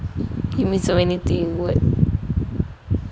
you mean so many thing